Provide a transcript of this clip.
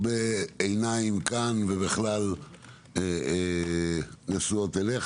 הרבה עיניים כאן ובכלל נשואות אליך